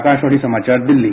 आकाशवाणी समाचार दिल्ली